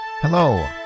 Hello